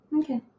Okay